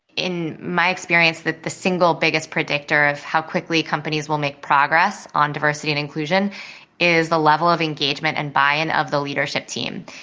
in my experience that the single biggest predictor of how quickly companies will make progress on diversity and inclusion is the level of engagement and by and of the leadership team.